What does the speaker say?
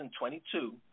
2022